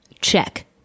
check